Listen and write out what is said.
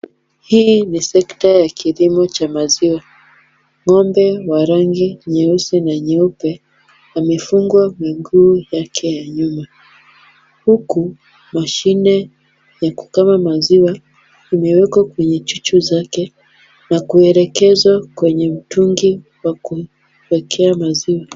Hii ni sekta ya Kilimo cha maziwa, ng'ombe wa rangi nyeusi na nyeupe amefungwa miguu yake ya nyuma huku mashine ya kukama maziwa imewekwa kwenye chuchu zake na kuelekezwa kwenye mtungi wa kuwekea maziwa.